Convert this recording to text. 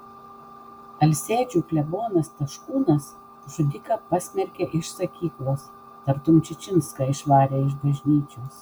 alsėdžių klebonas taškūnas žudiką pasmerkė iš sakyklos tartum čičinską išvarė iš bažnyčios